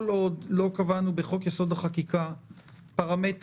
כל עוד לא קבענו בחוק-יסוד: החקיקה פרמטרים,